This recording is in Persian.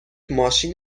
ماشین